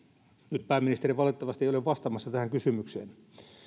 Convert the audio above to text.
nyt pääministeri valitettavasti ei ole vastaamassa tähän kysymykseen